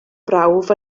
brawf